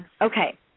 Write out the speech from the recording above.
Okay